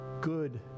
good